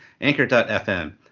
Anchor.fm